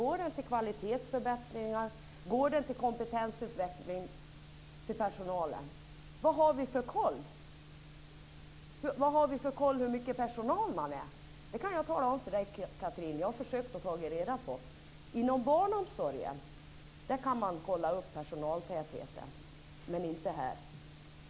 Går det till kvalitetsförbättringar? Går det till kompetensutveckling för personalen? Vad har vi för koll på hur stor personalen är? Det kan jag tala om för Chatrine. Jag har försökt att ta reda på det. Inom barnomsorgen kan man kolla upp personaltätheten, men inte här.